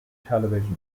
television